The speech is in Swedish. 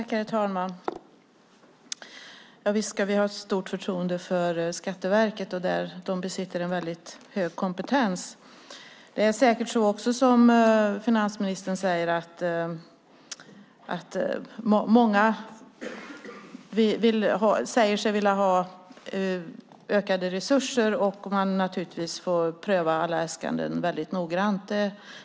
Herr talman! Visst ska vi ha stort förtroende för Skatteverket som besitter en hög kompetens. Det är säkert också som finansministern säger att många vill ha ökade resurser och att man får pröva alla äskanden noggrant.